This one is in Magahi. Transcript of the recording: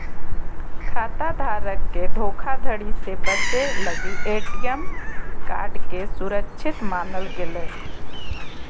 खाता धारक के धोखाधड़ी से बचे लगी ए.टी.एम कार्ड के सुरक्षित मानल गेलय